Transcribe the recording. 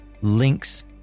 links